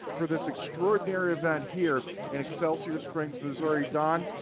for this extraordinary event here in excelsior springs, missouri. donn,